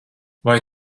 vai